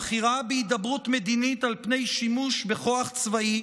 הבחירה בהידברות מדינית על פני שימוש בכוח צבאי